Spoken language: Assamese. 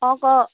অঁ ক